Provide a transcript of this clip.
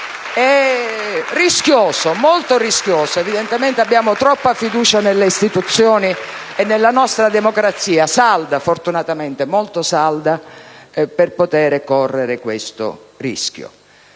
sia rischioso, molto rischioso. Evidentemente abbiamo troppa fiducia nelle istituzioni e nella nostra democrazia, salda, fortunatamente, molto salda, per poter correre questo rischio.